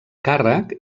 càrrec